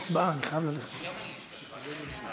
ההצעה להעביר את הנושא לוועדת הכלכלה נתקבלה.